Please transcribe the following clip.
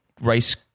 rice